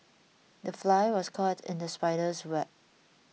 the fly was caught in the spider's web